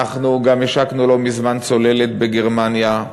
אנחנו גם השקנו לא מזמן צוללת בגרמניה,